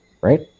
right